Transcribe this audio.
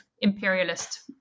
imperialist